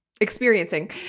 experiencing